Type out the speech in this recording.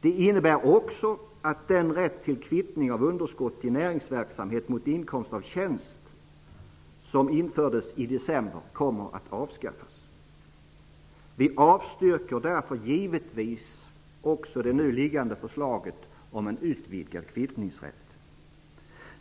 Det innebär också att den rätt till kvittning av underskott i näringsverksamhet mot inkomst av tjänst som infördes i december kommer att avskaffas. Vi avstyrker därför givetvis också det nu liggande förslaget om en utvidgad kvittningsrätt.